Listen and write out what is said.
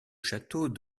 château